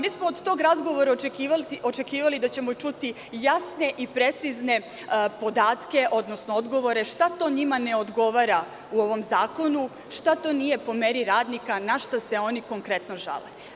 Mi smo od tog razgovora očekivali da ćemo čuti jasne i precizne podatke, odnosno odgovore, šta to njima ne odgovara u ovom zakonu, šta to nije po meri radnika, na šta se oni konkretno žale.